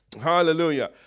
Hallelujah